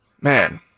Man